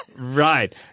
Right